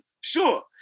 Sure